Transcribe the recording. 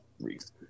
reason